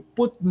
put